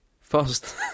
first